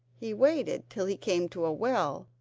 he waited till he came to a well,